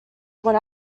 when